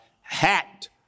hat